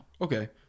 Okay